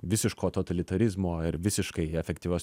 visiško totalitarizmo ir visiškai efektyvios